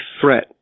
threat